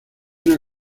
una